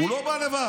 הוא לא בא לבד.